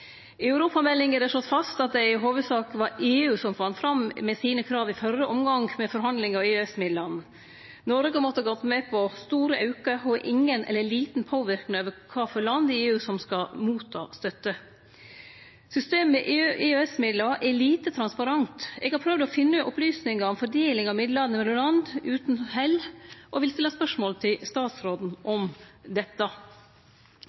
I europameldinga er det slått fast at det i hovudsak var EU som vann fram med krava sine i den førre omgangen med forhandlingar om EØS-midlane. Noreg måtte gå med på store aukar og å ha ingen eller liten påverknad på kva for land i EU som skal ta imot støtte. Systemet med EU/EØS-midlar er lite transparent. Eg har prøvd å finne opplysningar om fordeling av midlane når det gjeld land, utan hell, og eg vil stille spørsmål til statsråden